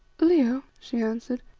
leo, she answered,